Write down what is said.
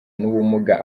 n’ubumuga